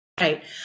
Right